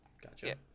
Gotcha